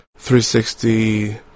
360